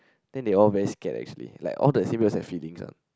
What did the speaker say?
then they all very scared actually like all the symbiotes have feelings ah